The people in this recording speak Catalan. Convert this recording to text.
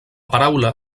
paraula